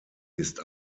ist